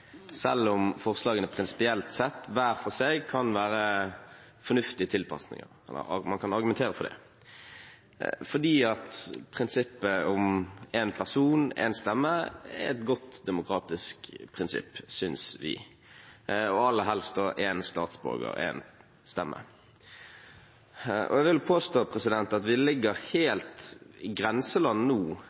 selv om forslagene prinsipielt sett hver for seg kan være fornuftige tilpasninger. Man kan argumentere for det. Prinsippet om én person, én stemme er et godt demokratisk prinsipp, synes vi, og aller helst én statsborger, én stemme. Jeg vil påstå at vi nå ligger helt i grenseland